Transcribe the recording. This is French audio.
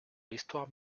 l’histoire